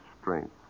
strength